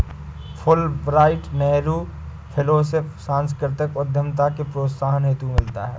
Fulbright Nehru fellowship सांस्कृतिक उद्यमिता के प्रोत्साहन हेतु मिलता है